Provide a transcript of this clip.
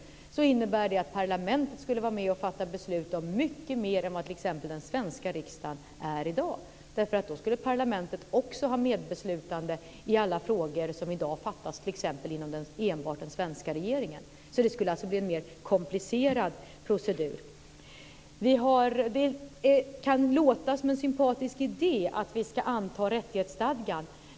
Det innebär att parlamentet skulle vara med och fatta beslut om mycket mer än vad t.ex. den svenska riksdagen gör i dag. Parlamentet skulle också ha medbeslutande i alla frågor som i dag fattas t.ex. inom enbart den svenska regeringen. Det skulle bli en mer komplicerad procedur. Det kan låta som en sympatisk idé att vi ska anta rättighetsstadgan.